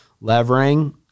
Levering